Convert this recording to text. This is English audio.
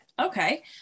okay